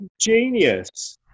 genius